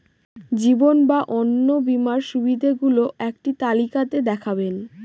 জীবন বা অন্ন বীমার সুবিধে গুলো একটি তালিকা তে দেখাবেন?